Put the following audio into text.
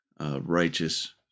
righteous